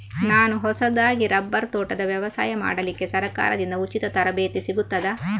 ನಾನು ಹೊಸದಾಗಿ ರಬ್ಬರ್ ತೋಟದ ವ್ಯವಸಾಯ ಮಾಡಲಿಕ್ಕೆ ಸರಕಾರದಿಂದ ಉಚಿತ ತರಬೇತಿ ಸಿಗುತ್ತದಾ?